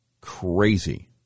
crazy